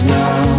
now